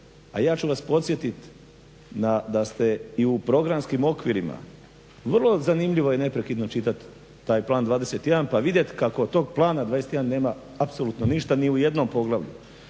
A ja ću vas podsjetit da ste i u programskim okvirima, vrlo zanimljivo je neprekidno čitati taj Plan 21 pa vidjeti kako od tog Plana 21 nema apsolutno ništa ni u jednom poglavlju.